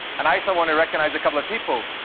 and i also want to recognize a couple of people.